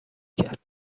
کرد